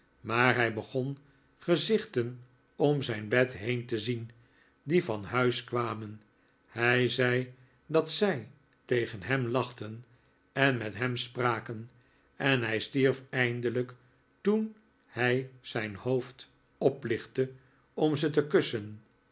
maar hij begon gezichten om zijn bed heen te zien die van huis kwamen hij zei dat zij tegen hem lachten en met hem spraken en hij stierf eindelijk toen hij zijn hoof d oplichtte om ze te kussen